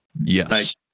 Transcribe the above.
Yes